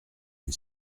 une